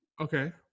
okay